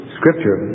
scripture